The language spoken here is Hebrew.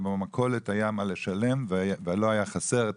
ובמכולת היה מה לשלם ולא היה חסר את